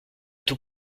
tout